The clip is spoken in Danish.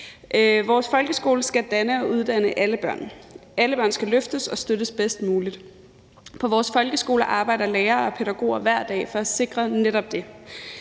Vores folkeskole skal danne og uddanne alle børn. Alle børn skal løftes og støttes bedst muligt. På vores folkeskoler arbejder lærere og pædagoger hver dag for at sikre netop det.